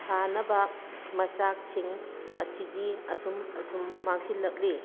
ꯁꯥꯅꯕ ꯃꯆꯥꯛꯁꯤꯡ ꯑꯁꯤꯗꯤ ꯑꯁꯨꯝ ꯑꯁꯨꯝ ꯃꯥꯡꯁꯤꯜꯂꯛꯂꯤ